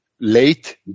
late